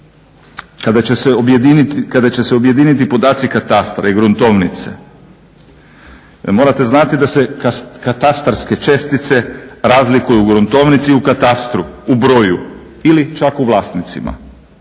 kada će se objediniti podaci katastra i gruntovnice, morate znati da se katastarske čestice razlikuju u gruntovnicu i u katastru u broju ili čak u vlasnicima,